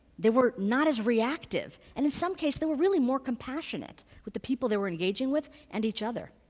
they were not as reactive. and in some cases, they were really more compassionate with the people they were engaging with, and each other.